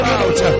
out